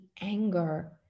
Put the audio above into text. anger